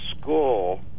school